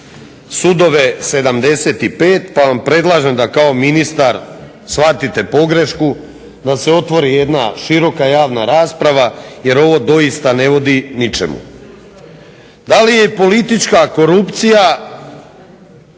sudove 75, pa vam predlažem da kao ministar shvatite pogrešku da se otvori jedna široka javna rasprava jer ovo doista ne vodi ničemu. Da li je i politička korupcija